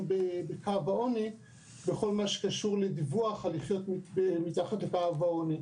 בקו העוני בכל מה שקשור לדיווח על נכים מתחת לקו העוני.